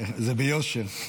זה ביושר.